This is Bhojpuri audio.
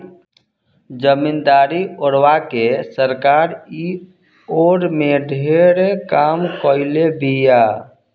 जमीदारी ओरवा के सरकार इ ओर में ढेरे काम कईले बिया